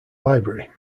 library